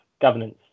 governance